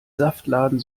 saftladen